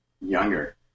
younger